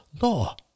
law